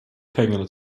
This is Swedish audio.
pengarna